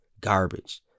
garbage